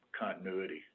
continuity